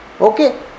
Okay